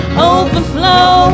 overflow